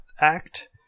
Act